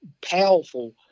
powerful